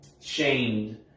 shamed